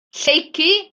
lleucu